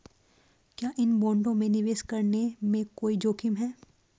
क्या इन बॉन्डों में निवेश करने में कोई जोखिम है?